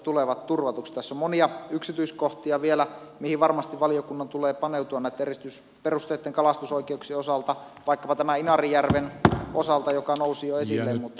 tässä on monia yksityiskohtia vielä mihin varmasti valiokunnan tulee paneutua näitten erityisperusteisten kalastusoikeuksien osalta vaikkapa tämän inarijärven osalta joka nousi jo esille mutta